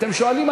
אתם שואלים,